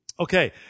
Okay